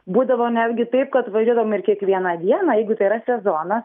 būdavo netgi taip kad važiuodavom ir kiekvieną dieną jeigu tai yra sezonas